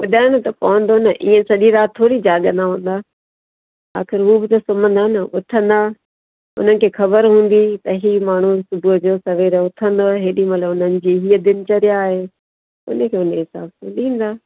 ॿुधाइणो त पवंदो न इअं सॼी राति थोरी जाॻंदा हूंदा आख़िर हू बि त सुम्हंदा न उथंदा उन्हनि खे ख़बर हूंदी त ही माण्हू सुबुह जो सवेर उथंदो आहे हेॾी महिल हुननि जी हीअं दिनचर्या आहे हुनखे हुन हिसाब सां ॾींदा